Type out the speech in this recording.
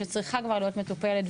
שצריכה כבר להיות מטופלת.